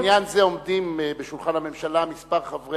נדמה לי שבעניין הזה עומדים בשולחן הממשלה מספר חברי